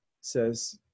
says